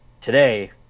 today